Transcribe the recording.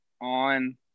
on